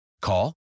Call